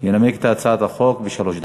ינמק את הצעת החוק בשלוש דקות.